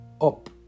up